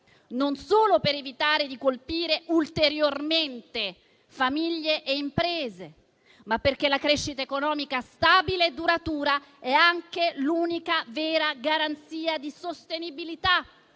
non solo per evitare di colpire ulteriormente famiglie e imprese, ma perché la crescita economica stabile e duratura è anche l'unica vera garanzia di sostenibilità